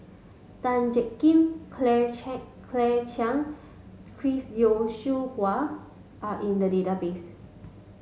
Tan Jiak Kim Claire Cha Claire Chiang Chris Yeo Siew Hua are in the database